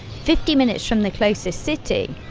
fifty minutes from the closest city,